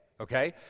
okay